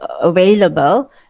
available